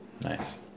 Nice